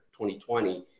2020